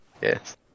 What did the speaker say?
Yes